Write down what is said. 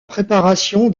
préparation